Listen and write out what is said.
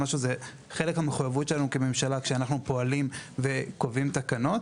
זה חלק מהמחויבות שלנו כממשלה כשאנחנו פועלים וקובעים תקנות.